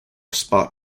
spot